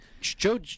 Joe